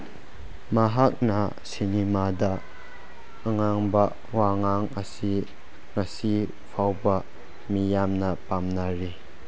ꯃꯍꯥꯛꯅ ꯁꯤꯅꯦꯃꯥꯗ ꯉꯥꯡꯕ ꯋꯉꯥꯡ ꯑꯁꯤ ꯉꯁꯤ ꯐꯥꯎꯕ ꯃꯤꯌꯥꯝꯅ ꯄꯥꯝꯅꯔꯤ